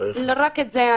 לא רק את זה.